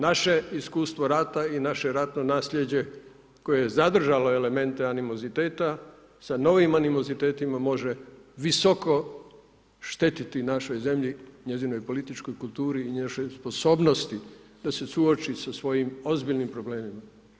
Naše iskustvo rata i naše ratno nasljeđe koje je zadržalo elemente animoziteta sa novim animozitetima može visoko štetiti našoj zemlji, njezinoj političkoj kulturi i njezinoj sposobnosti da se suoči sa svojim ozbiljnim problemima.